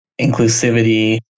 inclusivity